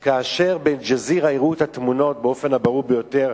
כאשר ב"אל-ג'זירה" הראו את התמונות באופן הברור ביותר,